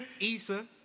Issa